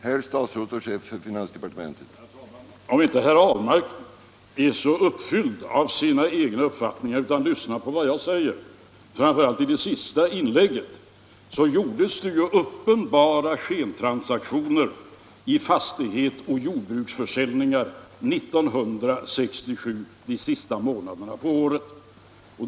Herr talman! Om inte herr Ahlmark är så uppfylld av sina egna uppfattningar utan lyssnar på vad jag säger — och framför allt om han lyssnat på mitt senaste inlägg — finner han att det gjordes uppenbara skentransaktioner vid fastighetsoch jordbruksförsäljningar de sista månaderna av år 1967.